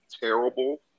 terrible